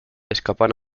escapan